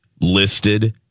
Listed